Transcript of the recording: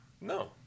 No